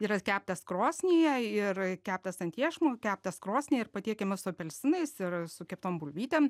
yra keptas krosnyje ir keptas ant iešmo keptas krosnyje ir patiekiamas su apelsinais ir su keptom bulvytėm